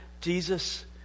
Jesus